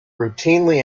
routinely